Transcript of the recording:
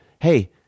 Hey